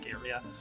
area